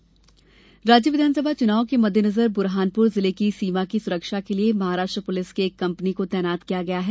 चुनाव सुरक्षा राज्य विधानसभा चुनाव के मद्देनजर बुरहानपुर जिले की सीमा की सुरक्षा के लिए महाराष्ट्र पुलिस की एक कंपनी को तैनात किया गया है